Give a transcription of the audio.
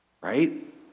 Right